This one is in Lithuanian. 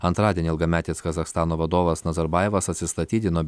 antradienį ilgametis kazachstano vadovas nazarbajevas atsistatydino